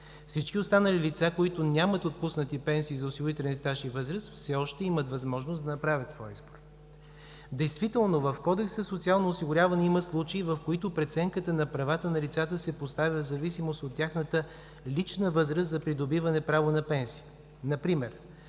Всички останали лица, които нямат отпуснати пенсии за осигурителен стаж и възраст, все още имат възможност да направят своя избор. Действително в Кодекса за социално осигуряване има случаи, в които преценката на правата на лицата се поставя в зависимост от тяхната лична възраст за придобиване право на пенсия. Например